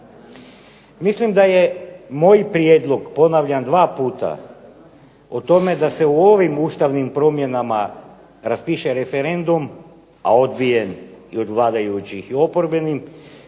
Mislim da je moj prijedlog ponavljam dva puta o tome da se o ovim ustavnim promjenama raspiše referendum, a odbijen i od vladajućih i oporbenim